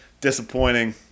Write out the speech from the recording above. Disappointing